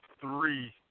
three